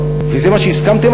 וזה בדיוק לפני פחות משבוע.